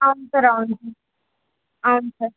అవును సార్ అవును సార్ అవును సార్